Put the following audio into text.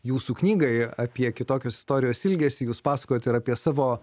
jūsų knygai apie kitokios istorijos ilgesį jūs pasakojot apie savo